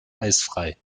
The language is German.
eisfrei